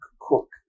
cook